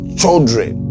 children